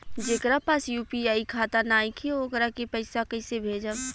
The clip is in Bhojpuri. जेकरा पास यू.पी.आई खाता नाईखे वोकरा के पईसा कईसे भेजब?